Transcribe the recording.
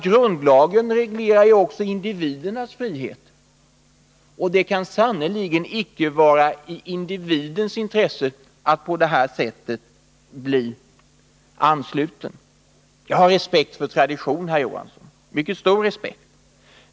Grundlagen reglerar också individernas frihet, och det kan sannerligen icke vara i individens intresse att på det här sättet bli ansluten. Jag har respekt för tradition, herr Johansson, mycket stor respekt.